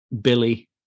Billy